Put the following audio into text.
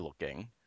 looking